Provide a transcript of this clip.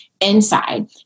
inside